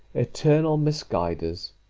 eternal misguiders.